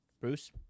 Bruce